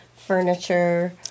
Furniture